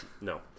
No